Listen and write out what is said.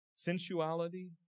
sensuality